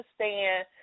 understand